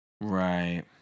Right